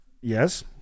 Yes